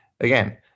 again